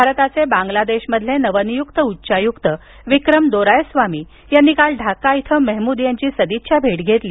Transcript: भारताचे बांगलादेशमधील नवनियुक्त उच्चायुक्त विक्रम दोरायस्वामी यांनी काल ढाका इथं मेहमूद यांची सदिच्छा भेट घेतली